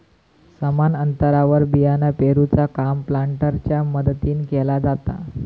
समान अंतरावर बियाणा पेरूचा काम प्लांटरच्या मदतीने केला जाता